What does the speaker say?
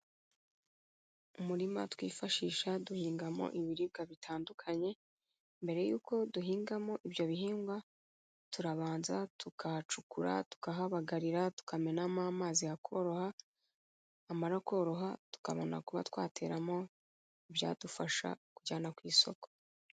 Umurima twifashisha duhingamo ibiribwa bitandukanye, mbere yuko duhingamo ibyo bihingwa, turabanza tukahacukura, tukahabagarira, tukamenamo amazi hakoroha, hamara koroha tukabona kuba twateramo ibyadufasha kujyana ku isoko.